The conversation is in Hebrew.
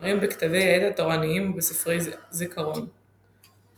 מראשי הישיבה לצד הרב נתן צבי פינקל והעביר שני שיעורים